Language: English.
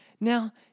Now